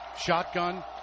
Shotgun